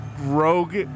rogue